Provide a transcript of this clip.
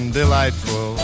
delightful